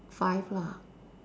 five lah